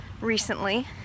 recently